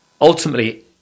Ultimately